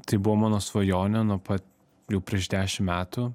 tai buvo mano svajonė nuo pat jau prieš dešim metų